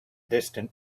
distant